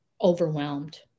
overwhelmed